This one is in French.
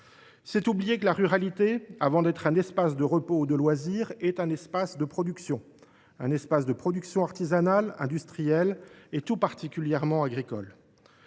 C’est oublier que la ruralité, avant d’être un espace de repos ou de loisir, est un espace de production artisanale et industrielle, tout particulièrement agricole.